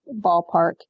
ballpark